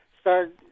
start